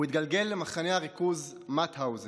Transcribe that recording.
הוא התגלגל למחנה הריכוז מאוטהאוזן.